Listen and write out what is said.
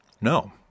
no